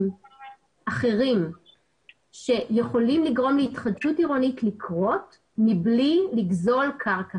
אחרים שיכולים לגרום להתחדשות עירונית לקרות מבלי לגזול קרקע.